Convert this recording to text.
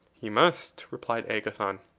he must, replied agathon.